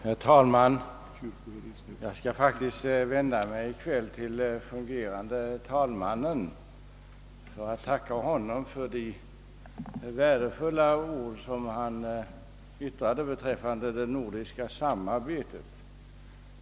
Herr talman! Jag skall i kväll faktiskt vända mig till fungerande talmannen och tacka honom för de värdefulla ord som han yttrade om det nordiska samarbetet.